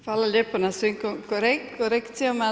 Hvala lijepa na svim korekcijama.